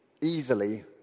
Easily